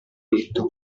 detto